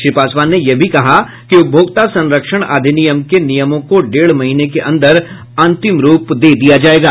श्री पासवान ने यह भी कहा कि उपभोक्ता संरक्षण अधिनियम के नियमों को डेढ़ महीने के अंदर अन्तिम रूप दे दिया जायेगा